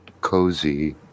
cozy